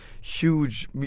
huge